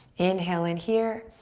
inhale in here.